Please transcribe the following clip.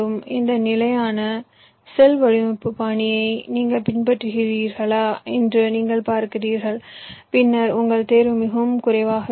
இந்த நிலையான செல் வடிவமைப்பு பாணியை நீங்கள் பின்பற்றுகிறீர்களா என்று நீங்கள் பார்க்கிறீர்கள் பின்னர் உங்கள் தேர்வு மிகவும் குறைவாகவே இருக்கும்